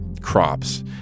crops